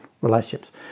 relationships